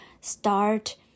start